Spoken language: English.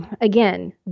again